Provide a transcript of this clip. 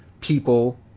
people